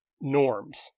norms